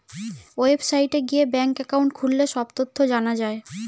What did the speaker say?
ওয়েবসাইটে গিয়ে bank account খুললে সব তথ্য জানা যায়